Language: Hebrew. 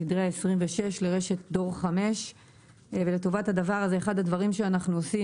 תדרי ה-26 לרשת דור 5 ולטובת הדבר הזה אחד הדברים שאנחנו עושים